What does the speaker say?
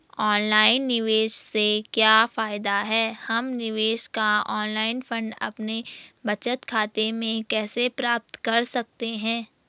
Online निवेश से क्या फायदा है हम निवेश का ऑनलाइन फंड अपने बचत खाते में कैसे प्राप्त कर सकते हैं?